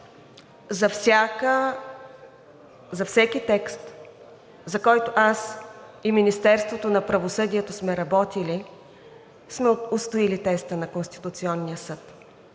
За всеки текст, за който аз и Министерството на правосъдието сме работили, сме отстояли текста на Конституционния съд.